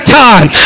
time